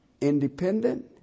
independent